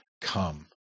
come